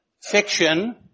fiction